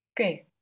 Okay